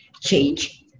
change